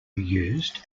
used